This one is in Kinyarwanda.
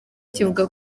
kivuga